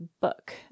book